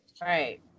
Right